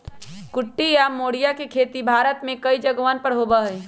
कुटकी या मोरिया के खेती भारत में कई जगहवन पर होबा हई